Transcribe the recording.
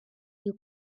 you